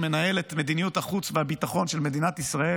שמנהל את מדיניות החוץ והביטחון של מדינת ישראל